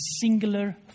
singular